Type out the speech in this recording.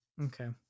okay